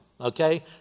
Okay